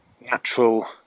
natural